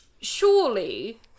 surely